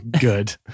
good